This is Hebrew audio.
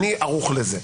אני ערוך לזה.